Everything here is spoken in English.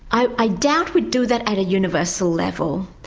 i doubt we'd do that at a universal level,